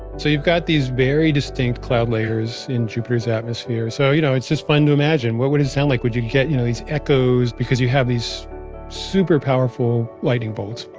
so you've got these very distinct cloud layers in jupiter's atmosphere. so y'know, it's just fun to imagine. what would it sound like? would you get you know these echos. because you have these super powerful lightning bolts,